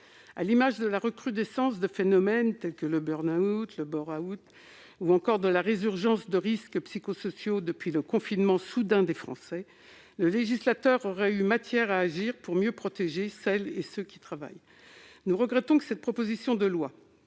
À l'image de la recrudescence de phénomènes de burn-out, de bore-out, ou encore de la résurgence de risques psychosociaux depuis le confinement soudain des Français, le législateur aurait eu matière à agir pour mieux protéger celles et ceux qui travaillent. Nous regrettons que cette proposition de loi,